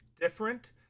different